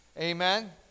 Amen